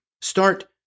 start